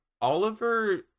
Oliver